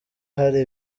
hari